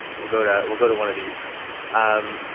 we'll go to, we'll go to one of these um,